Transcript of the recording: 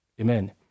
Amen